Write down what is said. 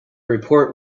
report